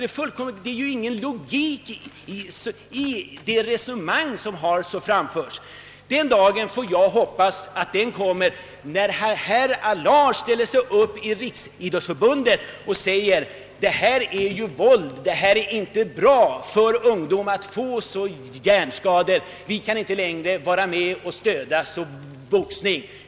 Det finns ingen logik i det resonemanget. Jag hoppas att den dag kommer när herr Allard ställer sig upp i Riksidrottsförbundet och säger att boxning är våld, att det inte är bra för ungdomarna att få hjärnskador och att vi inte längre kan vara med om att stödja boxningen.